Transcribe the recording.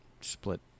split